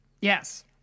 Yes